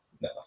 no